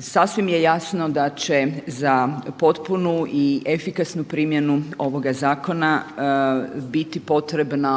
Sasvim je jasno da će za potpunu i efikasnu primjenu ovoga zakona biti potrebni